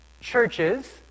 churches